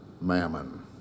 mammon